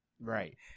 right